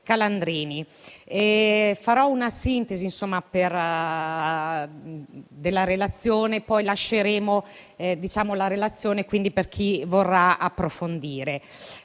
Calandrini. Farò una sintesi della relazione, di cui depositeremo il testo per chi vorrà approfondire.